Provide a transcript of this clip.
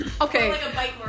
Okay